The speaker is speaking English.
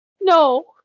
No